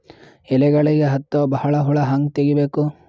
ಎಲೆಗಳಿಗೆ ಹತ್ತೋ ಬಹಳ ಹುಳ ಹಂಗ ತೆಗೀಬೆಕು?